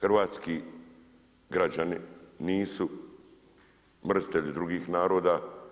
Hrvatski građani nisu mrzitelji drugih naroda.